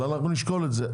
אבל אנחנו נשקול את זה.